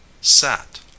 sat